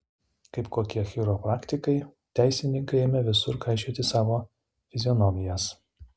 kaip kokie chiropraktikai teisininkai ėmė visur kaišioti savo fizionomijas